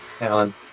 Alan